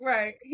Right